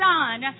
son